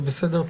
זה בסדר,